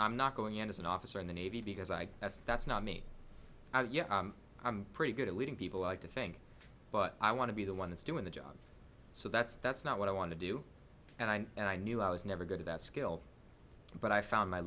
i'm not going as an officer in the navy because i that's that's not me yeah i'm pretty good at leading people like to think but i want to be the one that's doing the job so that's that's not what i want to do and i knew i was never good at that skill but i found my